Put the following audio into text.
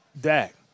Dak